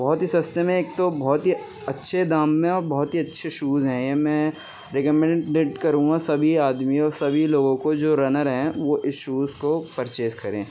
بہت ہی سستے میں ایک تو بہت ہی اچھے دام میں اور بہت ہی اچھے شوز ہیں یہ میں ریکمنڈیڈ کروں گا سبھی آدمیوں اور سبھی لوگوں کو جو رنر ہیں وہ اس شوز کو پرچیز کریں